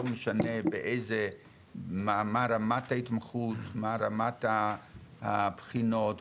לא משנה מה רמת ההתמחות, מה רמת הבחינות וכולי,